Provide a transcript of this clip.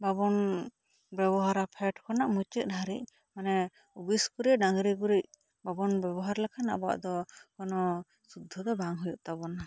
ᱵᱟᱵᱚᱱ ᱵᱮᱵᱷᱟᱨᱟ ᱯᱷᱮᱰ ᱠᱷᱚᱱᱟᱜ ᱢᱩᱪᱟᱹᱫ ᱫᱷᱟᱹᱨᱤᱡ ᱢᱟᱱᱮ ᱵᱮᱥ ᱠᱚᱨᱮ ᱰᱟᱝᱨᱤ ᱜᱩᱨᱤᱡ ᱵᱟᱵᱚᱱ ᱵᱮᱵᱷᱟᱨᱟ ᱞᱮᱠᱷᱟᱱ ᱟᱵᱚᱣᱟᱜ ᱫᱚ ᱚᱱᱟ ᱥᱩᱫᱫᱷᱚ ᱫᱚ ᱵᱟᱝ ᱦᱩᱭᱩᱜ ᱛᱟᱵᱚᱱᱟ